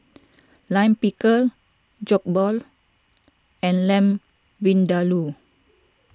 Lime Pickle Jokbal and Lamb Vindaloo